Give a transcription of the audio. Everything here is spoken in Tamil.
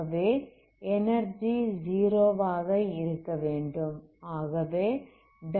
ஆகவே எனர்ஜி 0 ஆக இருக்கவேண்டும்